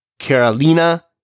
Carolina